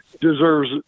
deserves